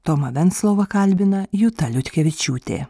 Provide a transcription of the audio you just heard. tomą venclovą kalbina juta liutkevičiūtė